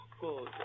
Cool